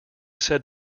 said